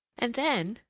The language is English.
and then,